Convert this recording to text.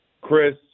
Chris